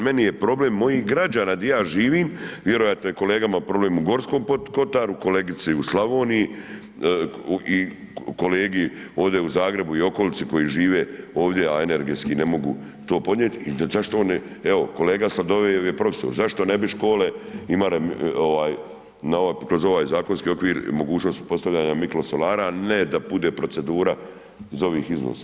Meni je problem mojih građana di ja živim, vjerojatno je kolegama problem u Gorskom kotaru, kolegici u Slavoniji i kolegi ovde u Zagrebu i okolici koji žive ovde, a energetski ne mogu to podnijeti i zašto oni, evo kolega Sladoljev je profesor, zašto ne bi škole imale kroz ovaj zakonski okvir mogućnost postavljanja mikrosolara, ne da bude procedura iz ovih iznosa.